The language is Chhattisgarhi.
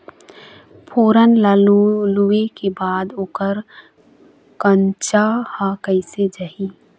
फोरन ला लुए के बाद ओकर कंनचा हर कैसे जाही?